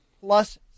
plus